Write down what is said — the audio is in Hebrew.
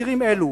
בצירים אלו.